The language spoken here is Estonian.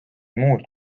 muud